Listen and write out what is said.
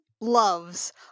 loves